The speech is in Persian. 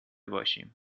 باشیم